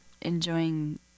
enjoying